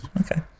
Okay